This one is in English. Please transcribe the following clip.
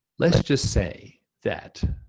let's just say that,